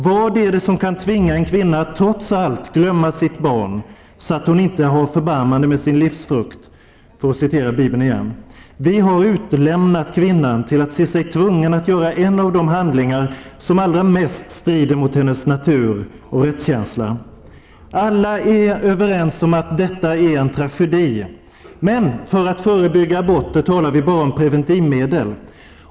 Vad är det som kan tvinga en kvinna att trots allt ''glömma sitt barn, så att hon inte har förbarmande med sin livsfrukt''? Vi har utelämnat kvinnan till att se sig tvungen att göra en av de handlingar som allra mest strider mot hennes natur och rättskänsla. Alla är överens om att detta är en tragedi, men för att förebygga aborter talar vi bara om preventivmedel.